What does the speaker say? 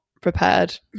prepared